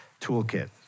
toolkit